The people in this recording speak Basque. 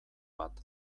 bat